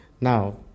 now